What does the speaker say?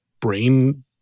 brain